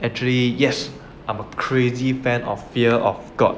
actually yes I'm a crazy fan of fear of god